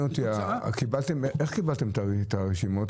איך קיבלתם את הרשימות?